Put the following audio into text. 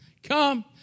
Come